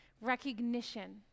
recognition